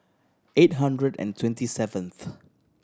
eight hundred and twenty seventh